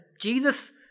Jesus